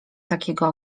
takiego